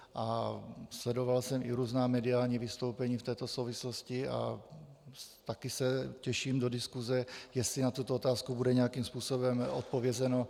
A sledoval jsem i různá mediální vystoupení v této souvislosti a taky se těším do diskuse, jestli na tuto otázku bude nějakým způsobem odpovězeno.